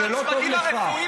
של הצוותים הרפואיים,